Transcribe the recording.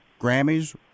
Grammys